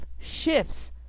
shifts